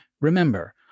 remember